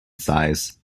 size